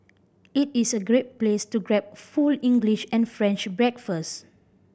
it is a great place to grab full English and French breakfast